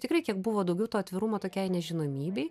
tikrai kiek buvo daugiau to atvirumo tokiai nežinomybei